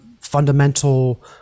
fundamental